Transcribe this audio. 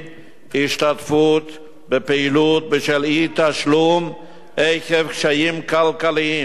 השתתפות בפעילות בשל אי-תשלום עקב קשיים כלכליים,